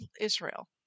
Israel